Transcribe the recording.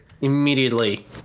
Immediately